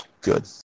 Good